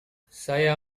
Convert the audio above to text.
saya